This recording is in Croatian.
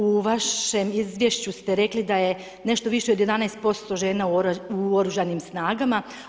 U vašem izvješću ste rekli da je nešto više od 11% žena u Oružanim snagama.